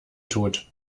tot